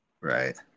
right